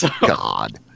god